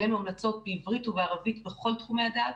העלינו המלצות בעברית ובערבית בכל תחומי הדעת,